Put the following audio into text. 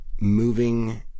moving